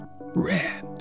red